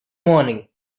morning